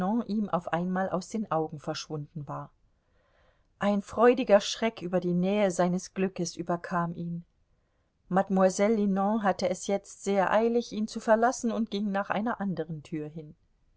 ihm auf einmal aus den augen verschwunden war ein freudiger schreck über die nähe seines glückes überkam ihn mademoiselle linon hatte es jetzt sehr eilig ihn zu verlassen und ging nach einer andern tür hin